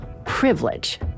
privilege